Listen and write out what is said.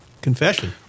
confession